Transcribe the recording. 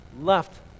left